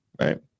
right